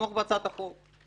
לתמוך בהצעת החוק.